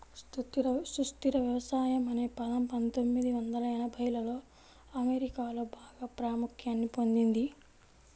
సుస్థిర వ్యవసాయం అనే పదం పందొమ్మిది వందల ఎనభైలలో అమెరికాలో బాగా ప్రాముఖ్యాన్ని పొందింది